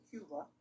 Cuba